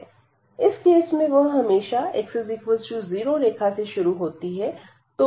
इस केस में वह हमेशा x0 रेखा से शुरू होती है